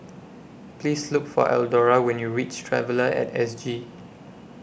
Please Look For Eldora when YOU REACH Traveller At S G